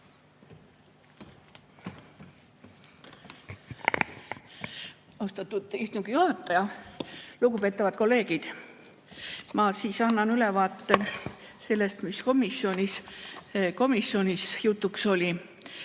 Austatud istungi juhataja! Lugupeetavad kolleegid! Ma annan ülevaate sellest, mis komisjonis jutuks oli.